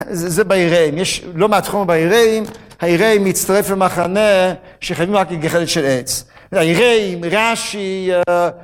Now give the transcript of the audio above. זה ביראים, יש לא מעט תחום ביראים, היראים מצטרף למחנה שחייבים רק בגחלת של עץ, זה היראים, רש"י